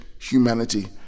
humanity